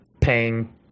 paying